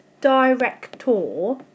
director